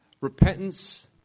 Repentance